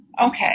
Okay